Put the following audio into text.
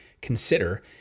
consider